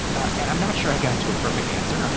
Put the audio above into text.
and i'm not sure i got to a perfect answer,